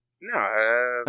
No